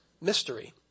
mystery